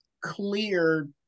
clear